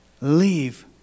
Leave